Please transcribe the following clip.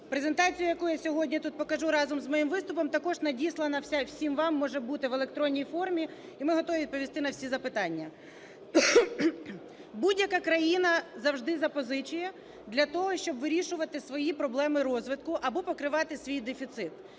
Презентацію, яку я сьогодні тут покажу разом з моїм виступом, також надіслана всім вам може бути в електронній формі, і ми готові відповісти на всі запитання. Будь-яка країна завжди запозичує для того, щоб вирішувати свої проблеми розвитку або покривати свій дефіцит.